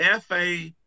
FA